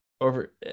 over